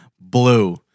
blue